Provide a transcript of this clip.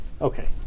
Okay